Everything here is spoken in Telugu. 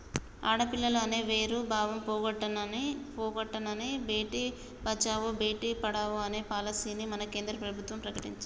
ఆడపిల్లలు అనే వేరు భావం పోగొట్టనని భేటీ బచావో బేటి పడావో అనే పాలసీని మన కేంద్ర ప్రభుత్వం ప్రకటించింది